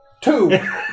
Two